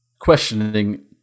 Questioning